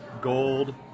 gold